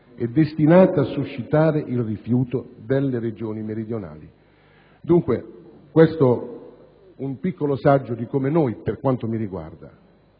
è destinata a suscitare il rifiuto delle Regioni meridionali. Questo è un piccolo saggio del modo in cui, per quanto mi riguarda,